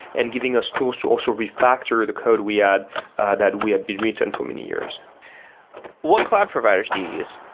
and giving us tools to also refactor the code we had that we had been written for many years what cloud providers do you use?